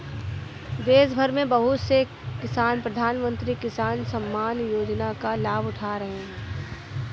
देशभर में बहुत से किसान प्रधानमंत्री किसान सम्मान योजना का लाभ उठा रहे हैं